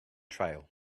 trail